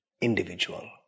individual